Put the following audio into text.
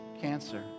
Cancer